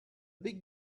big